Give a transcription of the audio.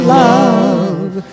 love